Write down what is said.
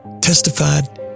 testified